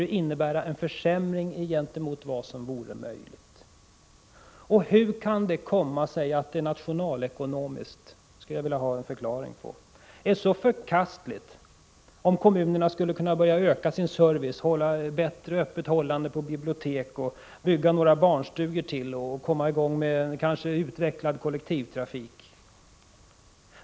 Hur kan det komma sig att det nationalekonomiskt, det skulle jag vilja ha en förklaring på, är så förkastligt om kommunerna skulle kunna öka sin service, ha bättre öppethållande på bibliotek, bygga några barnstugor till och kanske komma i gång med en utvecklad kollektivtrafik?